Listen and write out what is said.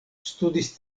studis